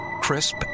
crisp